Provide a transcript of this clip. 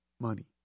money